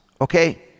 okay